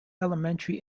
elementary